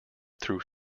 through